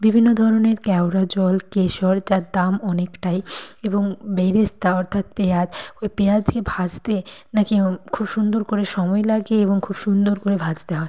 বিভিন্ন ধরনের কেওড়া জল কেশর যার দাম অনেকটাই এবং বেরেস্তা অর্থাৎ পেঁয়াজ ওই পেঁয়াজকে ভাজতে নাকি খুব সুন্দর করে সময় লাগে এবং খুব সুন্দর করে ভাজতে হয়